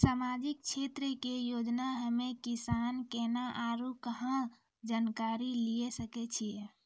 समाजिक क्षेत्र के योजना हम्मे किसान केना आरू कहाँ जानकारी लिये सकय छियै?